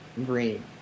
green